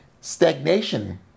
Stagnation